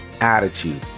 attitude